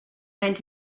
and